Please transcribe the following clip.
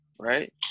Right